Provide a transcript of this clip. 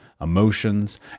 emotions